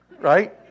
right